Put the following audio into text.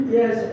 Yes